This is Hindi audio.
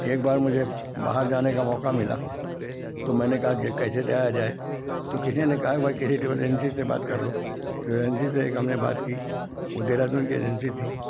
एक बार मुझे बाहर जाने का मौका मिला तो मैंने कहा कि कैसे जाया जाए तो किसी ने कहा भाई किसी ट्रेवल एंसी से बात कर लो ट्रेल एंसी से एक हमने बात की वह देहरादून की एजेंसी थी